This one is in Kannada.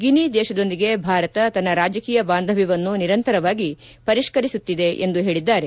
ಗಿನಿ ದೇಶದೊಂದಿಗೆ ಭಾರತ ತನ್ನ ರಾಜಕೀಯ ಬಾಂಧವ್ವವನ್ನು ನಿರಂತರವಾಗಿ ಪರಿಷ್ಠರಿಸುತ್ತಿದೆ ಎಂದು ಹೇಳಿದ್ದಾರೆ